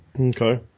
Okay